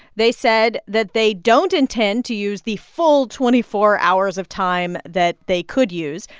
they said that they don't intend to use the full twenty four hours of time that they could use.